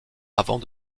avant